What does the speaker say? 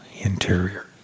interior